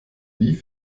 wie